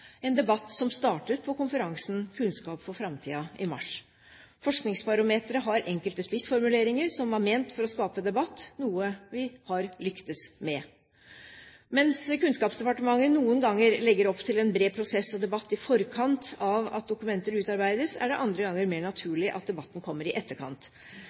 en debatt som startet på konferansen «Kunnskap for framtida» i mars. Forskningsbarometeret har enkelte spissformuleringer som var ment for å skape debatt, noe vi har lyktes med. Mens Kunnskapsdepartementet noen ganger legger opp til en bred prosess og debatt i forkant av at dokumenter utarbeides, er det andre ganger mer naturlig at debatten kommer i etterkant.